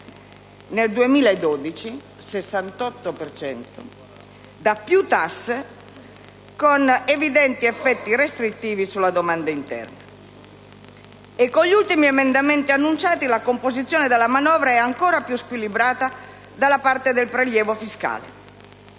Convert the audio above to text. nel 2012 da più tasse, con evidenti effetti restrittivi sulla domanda interna; e con gli ultimi emendamenti annunciati, la composizione della manovra è ancora più squilibrata dalla parte del prelievo fiscale.